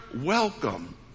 welcome